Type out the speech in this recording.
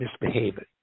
misbehaving